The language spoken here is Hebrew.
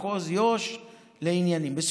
מחוז יו"ש לעניינים אחרים.